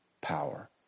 power